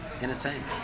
entertainment